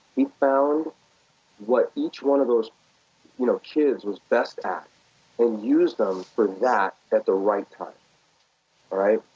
he found what each one of those you know kids was best at and used them for that at the right time. all right?